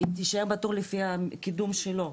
היא תישאר בתור לפי הקידום שלו.